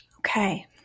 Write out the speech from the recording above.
Okay